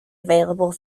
available